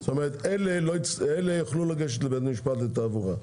אז הם יוכלו לפנות לבית משפט לתעבורה.